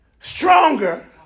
stronger